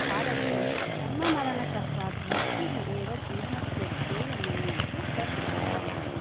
भारते जन्ममरणचक्रात् मुक्तिः एव जीवनस्य ध्येयं मन्यन्ते सर्वेऽपि जनाः